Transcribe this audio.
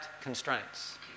constraints